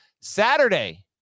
Saturday